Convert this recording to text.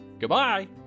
Goodbye